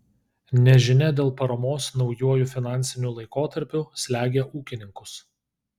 nežinia dėl paramos naujuoju finansiniu laikotarpiu slegia ūkininkus